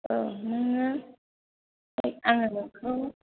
औ नोंङो आंङो नोंखौ